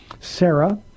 Sarah